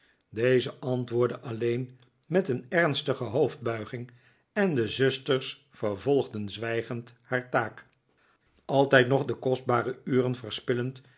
deze antwoordde alleen met een ernstige hoofdbuiging en de zusters vervolgden zwijgend haar taak altijd nog de kostbare uren verspillend